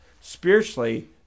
spiritually